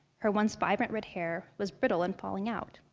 her once vibrant red hair was brittle and falling out.